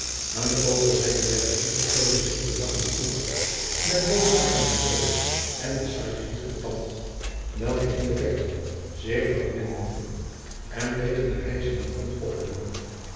aan de overzijde der rivier vertoonde zich de lagchende oever met boomgaarden en boomen en bosschaadjen dicht beplant welke in de verte zich verbindende en tegen den rijzenden grond oploopende